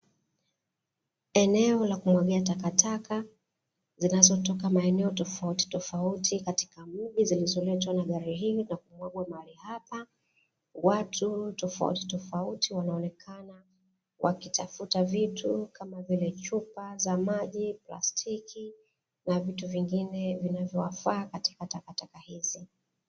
Eneo la kumwagia takataka, zinazotoka maeneo tofautitofauti katika mji zilizoletwa na gari hili na kumwagwa mahali hapa, watu tofautitofauti wanaonekana wakitafuta vitu kama vile: chupa za maji, plastiki na vitu vingine vinavyowafaa katika takataka hizi.